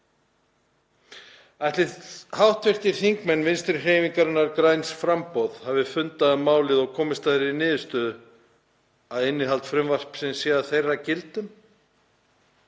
Ætli hv. þingmenn Vinstrihreyfingarinnar – græns framboðs hafi fundað um málið og komist að þeirri niðurstöðu að innihald frumvarpsins falli að þeirra gildum?